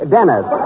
Dennis